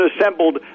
assembled